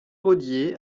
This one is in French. rodier